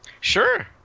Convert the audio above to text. sure